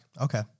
Okay